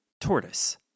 tortoise